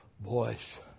voice